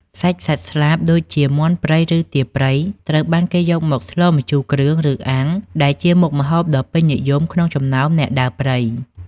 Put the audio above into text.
សាច់សត្វស្លាប ដូចជាមាន់ព្រៃ ឬទាព្រៃ ត្រូវបានគេយកមកស្លម្ជូរគ្រឿង ឬអាំង ដែលជាមុខម្ហូបដ៏ពេញនិយមក្នុងចំណោមអ្នកដើរព្រៃ។